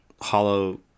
Hollow